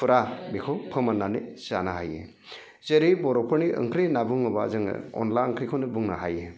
फुरा बेखौ फोमोननानै जानो हायो जेरै बर'फोरनि ओंख्रि होनना बुङोबा जोङो अनला ओंख्रिखौनो बुंनो हायो